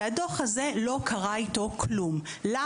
לא קרה כלום עם